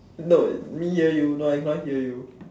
no me hear you no I cannot hear you